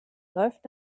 läuft